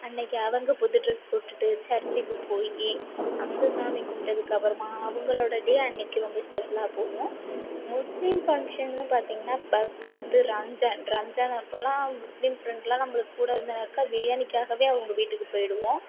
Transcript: அன்னக்கு அவங்க புது ட்ரெஸ் போட்டுகிட்டு சர்ச்க்கு போய் அங்கே சாமி கும்பிட்டதுக்கு அப்புறமா அவங்களோட டே அன்னக்கு ரொம்ப ஸ்பெஷலாக போகும் முஸ்லீம் ஃபங்ஷன்னு பார்த்திங்கனா பக்ரீத்து ரம்ஜான் ரம்ஜான் அப்போலாம் முஸ்லீம் ஃப்ரெண்ட்லாம் நம்மளுக்கு கூட இருந்தனாக்கா பிரியாணிக்காகவே அவங்க வீட்டுக்கு போய்விடுவோம்